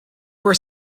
were